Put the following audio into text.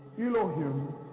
Elohim